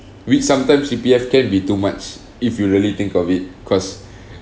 which sometimes C_P_F can be too much if you really think of it cause